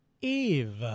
Eve